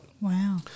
Wow